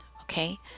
Okay